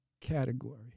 category